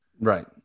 Right